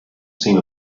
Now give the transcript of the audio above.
seem